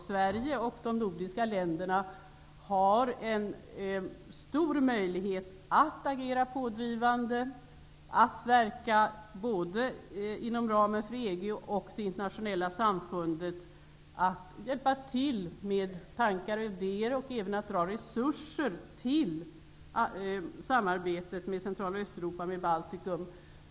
Sverige och de nordiska länderna har en stor möjlighet att agera pådrivande, att verka inom ramen för både EG och det internationella samfundet -- att hjälpa till med tankar och idéer och även att dra resurser till samarbetet med Centraloch Östeuropa, med Baltikum.